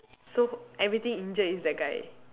so everything injured is that guy